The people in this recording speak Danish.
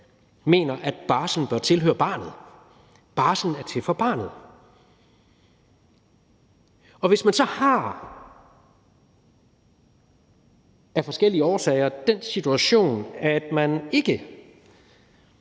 i dag, at barslen bør tilhøre barnet – barslen er til for barnet. Og hvis man så af forskellige årsager har den situation, at man ikke